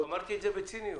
אמרתי את זה בציניות.